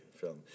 film